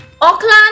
Auckland